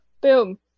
Boom